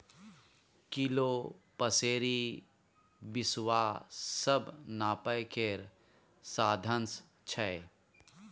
kilo, पसेरी, बिसवा सब नापय केर साधंश छै